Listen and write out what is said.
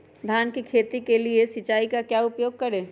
धान की खेती के लिए सिंचाई का क्या उपयोग करें?